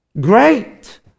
Great